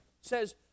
says